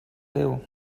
déu